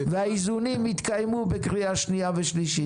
והאיזונים יתקיימו בקריאה שנייה ושלישית.